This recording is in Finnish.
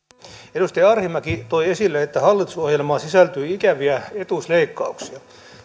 edustaja arhinmäki toi esille että hallitusohjelmaan sisältyy ikäviä etuusleikkauksia